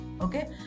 Okay